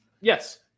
Yes